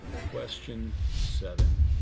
question seven,